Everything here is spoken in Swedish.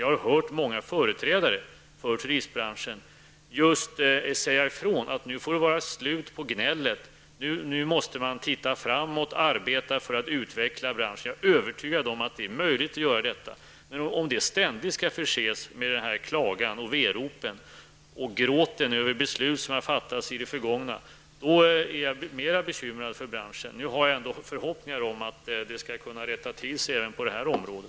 Jag har hört många företrädare för turistbranschen säga ifrån: Nu får det vara slut på gnället, nu måste vi se framåt och arbeta för att utveckla branschen. Jag är övertygad om att det är möjligt att göra detta. Om man ständigt skall förse branschen med klagan, verop och gråt över beslut som har fattats i det förgångna, blir jag mer bekymrad för branschen. Nu har jag ändock förhoppningar om att det skall kunna rätta till sig även på detta område.